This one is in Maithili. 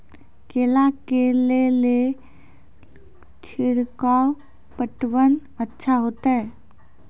केला के ले ली छिड़काव पटवन अच्छा होते?